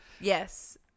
Yes